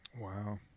Wow